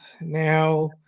now